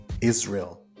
Israel